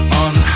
on